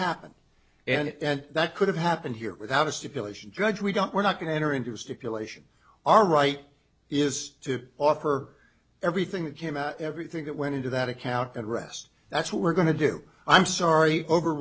happened and that could have happened here without a stipulation judge we don't we're not going to enter into a stipulation all right is to offer everything that came out everything that went into that account at rest that's what we're going to do i'm sorry over